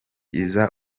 iza